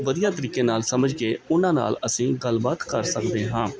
ਵਧੀਆ ਤਰੀਕੇ ਨਾਲ ਸਮਝ ਕੇ ਉਹਨਾਂ ਨਾਲ ਅਸੀਂ ਗੱਲਬਾਤ ਕਰ ਸਕਦੇ ਹਾਂ